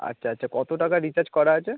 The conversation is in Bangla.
আচ্ছা আচ্ছা কতো টাকা রিচার্জ করা আছে